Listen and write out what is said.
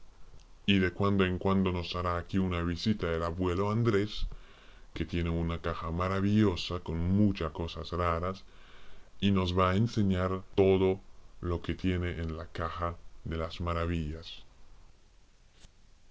y de cuando en cuando nos hará aquí una visita el abuelo andrés que tiene una caja maravillosa con muchas cosas raras y nos va a enseñar todo lo que tiene en la caja de las maravillas